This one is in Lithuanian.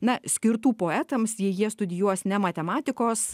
na skirtų poetams jei jie studijuos ne matematikos